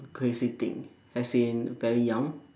crazy thing as in very young